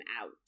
out